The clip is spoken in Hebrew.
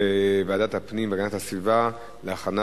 התשע"א 2011, לוועדת הפנים והגנת הסביבה נתקבלה.